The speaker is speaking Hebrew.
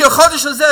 כי החודש הזה,